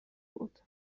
بود